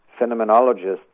phenomenologists